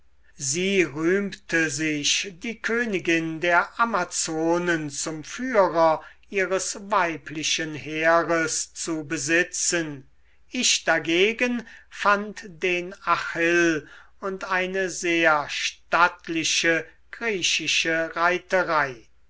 sie rühmte sich die königin der amazonen zum führer ihres weiblichen heeres zu besitzen ich dagegen fand den achill und eine sehr stattliche griechische reiterei